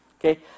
okay